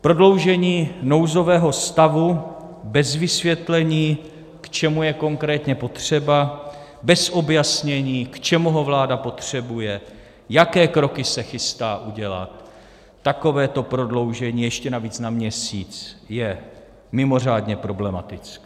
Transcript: Prodloužení nouzového stavu bez vysvětlení, k čemu je konkrétně potřeba, bez objasnění, k čemu ho vláda potřebuje, jaké kroky se chystá udělat, takovéto prodloužení ještě navíc na měsíc je mimořádně problematické.